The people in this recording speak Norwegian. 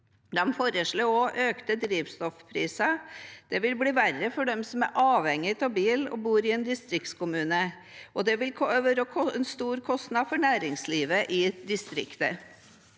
De foreslår også økte drivstoffpriser. Det vil gjøre det verre for dem som er avhengig av bil og bor i en distriktskommune. Det vil også være en stor kostnad for næringslivet i distriktet.